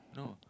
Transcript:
no